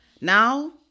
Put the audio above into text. Now